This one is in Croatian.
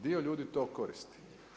Dio ljudi to koristi.